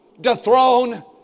Dethrone